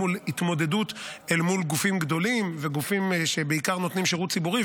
בהתמודדות מול גופים גדולים ובעיקר גופים שנותנים שירות ציבורי,